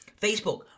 Facebook